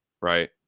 right